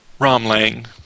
Romlang